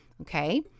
Okay